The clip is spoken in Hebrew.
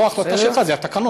לא החלטה שלך, זה התקנון.